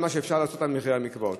במה שאפשר לעשות במחירי המקוואות.